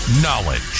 Knowledge